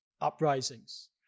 uprisings